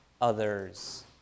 others